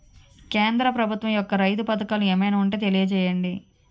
కేంద్ర ప్రభుత్వం యెక్క రైతు పథకాలు ఏమైనా ఉంటే తెలియజేయండి?